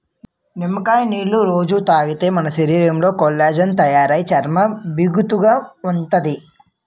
నిమ్మకాయ నీళ్ళు రొజూ తాగితే మన శరీరంలో కొల్లాజెన్ తయారయి చర్మం బిగుతుగా ఉంతాది